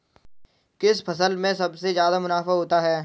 किस फसल में सबसे जादा मुनाफा होता है?